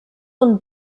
und